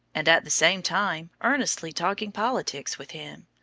and, at the same time, earnestly talking politics with him.